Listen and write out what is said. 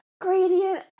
Gradient